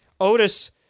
Otis